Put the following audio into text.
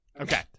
Okay